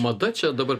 mada čia dabar